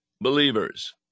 believers